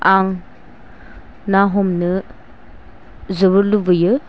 आं ना हमनो जोबोर लुबैयो